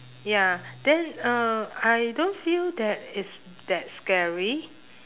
ya then uh I don't feel that it's that scary